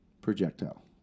projectile